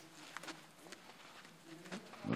אני